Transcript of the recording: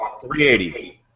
380